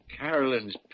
Carolyn's